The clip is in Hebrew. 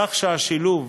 כך שהשילוב